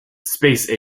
space